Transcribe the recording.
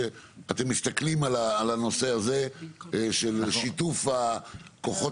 שאתם מסתכלים על הנושא הזה של שיתוף הכוחות